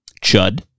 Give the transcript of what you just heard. Chud